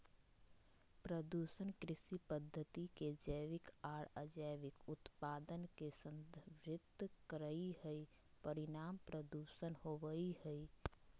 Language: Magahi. प्रदूषण कृषि पद्धति के जैविक आर अजैविक उत्पाद के संदर्भित करई हई, परिणाम प्रदूषण होवई हई